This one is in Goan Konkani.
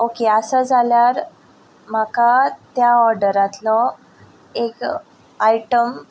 ओके आसा जाल्यार म्हाका त्या ओर्डरातलो एक आयटम